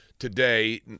today